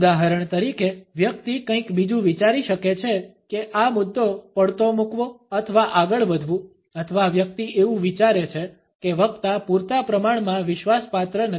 ઉદાહરણ તરીકે વ્યક્તિ કંઈક બીજું વિચારી શકે છે કે આ મુદ્દો પડતો મૂકવો અથવા આગળ વધવું અથવા વ્યક્તિ એવું વિચારે છે કે વક્તા પૂરતા પ્રમાણમાં વિશ્વાસપાત્ર નથી